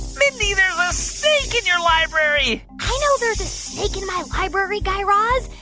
mindy, there's a snake in your library i know there's a snake in my library, guy raz.